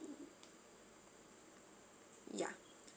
ya